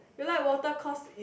you like water cause is